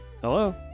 Hello